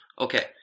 Okay